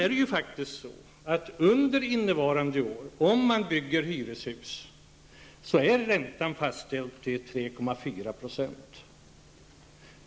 Om man under innevarande år bygger hyreshus är räntan fastställd till 3,4 %.